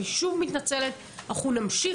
אני שוב מתנצלת, אנחנו נמשיך